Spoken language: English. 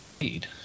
need